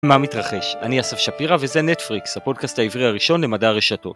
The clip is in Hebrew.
מה מתרחש? אני אסף שפירא וזה נטפריקס, הפודקאסט העברי הראשון למדע הרשתות.